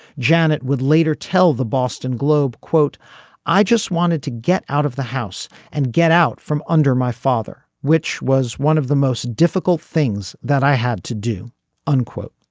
janet would later tell the boston globe quote i just wanted to get out of the house and get out from under my father which was one of the most difficult things that i had to do unquote.